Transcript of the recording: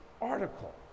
article